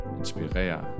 inspirere